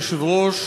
אדוני היושב-ראש,